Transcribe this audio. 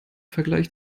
vergleich